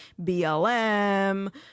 BLM